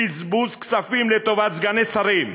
בזבוז כספים לטובת סגני שרים,